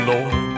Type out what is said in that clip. Lord